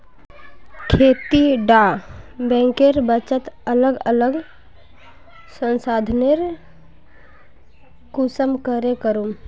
खेती डा बैंकेर बचत अलग अलग स्थानंतरण कुंसम करे करूम?